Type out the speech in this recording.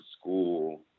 school